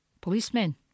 policemen